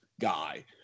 guy